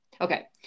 Okay